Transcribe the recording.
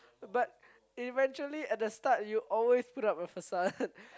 but eventually at the start you always put up a facade